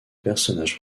personnage